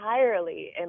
entirely